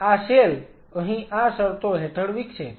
અને આ સેલ અહીં આ શરતો હેઠળ વિકસે છે